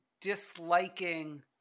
disliking